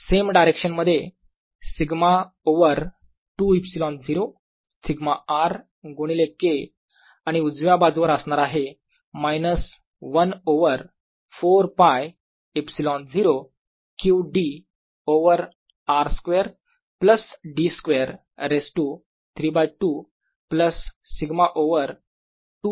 same direction मध्ये σ over 2 ε0 σr गुणिले K आणि उजव्या बाजूवर असणार आहे minus 1 over 4π ε0 q d over r square plus d square raise to 3 by 2 plus σ over 2 ε0